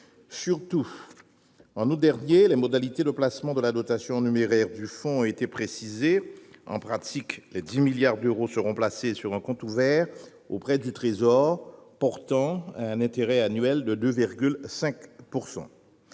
Surtout, en août dernier, les modalités de placement de la dotation en numéraire du fonds ont été précisées. En pratique, les 10 milliards d'euros seront placés sur un compte ouvert auprès du Trésor, portant des intérêts annuels de 2,5 %.